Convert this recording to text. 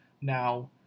now